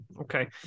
Okay